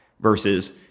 versus